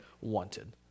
wanted